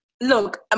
Look